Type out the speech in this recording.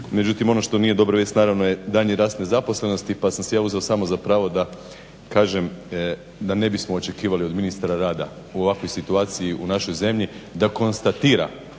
međutim ono što nije dobra vijest naravno je daljnji rast nezaposlenosti pa sam si ja uzeo samo za pravo da kažem da ne bismo očekivali od ministra rada u ovakvoj situaciji u našoj zemlji da konstatira